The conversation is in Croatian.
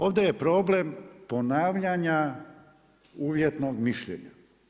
Ovdje je problem ponavljanja uvjetnog mišljenja.